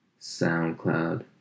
SoundCloud